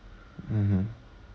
uh